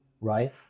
right